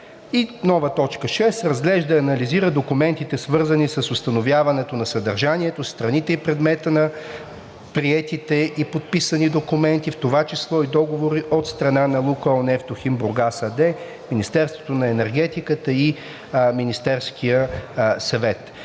Нова т. 6: „Разглежда и анализира документите, свързани с установяването на съдържанието, страните и предмета на приетите и подписани документи, в това число и договори от страна на „Лукойл Нефтохим Бургас“ АД, Министерството на енергетиката и Министерския съвет.“